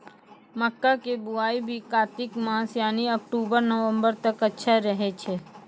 मक्का के बुआई भी कातिक मास यानी अक्टूबर नवंबर तक अच्छा रहय छै